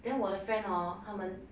then 我的 friend hor 他们